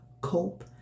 cope